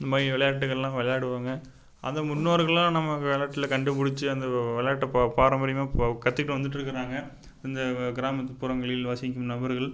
இந்தமாதிரி விளையாட்டுகள்லாம் விளையாடுவாங்க அதை முன்னோர்கள்லாம் நமக்கு விளையாட்டுல கண்டுப்பிடிச்சி அந்த விளையாட்டை பா பாரம்பரியமாக இப்போ கற்றுக்கிட்டு வந்துட்டு இருக்கிறாங்க அந்த கிராமத்துபுறங்களில் வசிக்கும் நபர்கள்